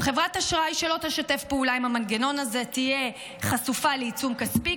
חברת אשראי שלא תשתף פעולה עם המנגנון הזה תהיה חשופה לעיצום כספי,